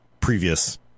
previous